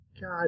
God